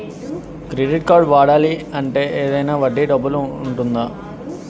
Credit కార్డ్ని వాడాలి అంటే ఏదైనా వడ్డీ డబ్బు ఉంటుందా?